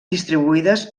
distribuïdes